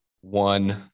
one